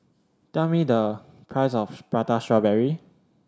tell me the price of Prata Strawberry